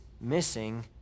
missing